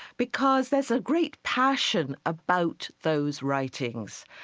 because there's a great passion about those writings.